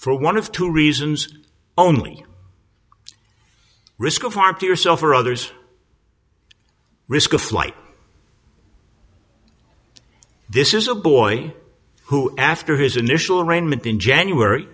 for one of two reasons only risk of harm to yourself or others risk of flight this is a boy who after his initial arraignment in january